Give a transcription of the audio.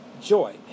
joy